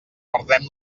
perdrem